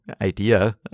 idea